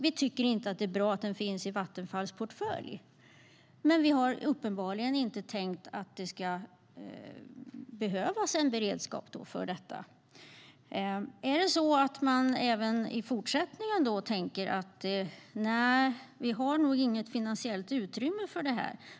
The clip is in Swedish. Vi tycker inte att det är bra att den finns i Vattenfalls portfölj, men vi har uppenbarligen inte tänkt att det ska behövas en beredskap för detta. Ska vi även i fortsättningen tänka att vi nog inte har något finansiellt utrymme för detta?